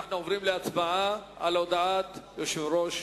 אנחנו עוברים להצבעה על הודעת יושב-ראש